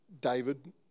David